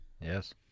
Yes